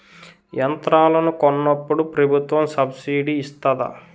యంత్రాలను కొన్నప్పుడు ప్రభుత్వం సబ్ స్సిడీ ఇస్తాధా?